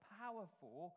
powerful